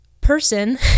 Person